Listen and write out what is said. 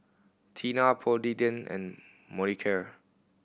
Tena Polident and Molicare